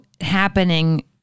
happening